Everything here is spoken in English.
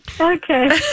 Okay